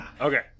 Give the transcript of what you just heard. Okay